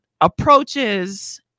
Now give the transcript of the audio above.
approaches